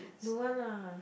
don't want lah